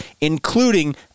including